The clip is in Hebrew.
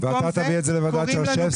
ואתה תביא את זה לוועדת שרשבסקי?